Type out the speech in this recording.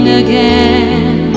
again